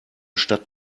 stadt